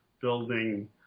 building